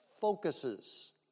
focuses